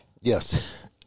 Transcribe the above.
Yes